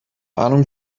ahnung